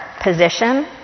position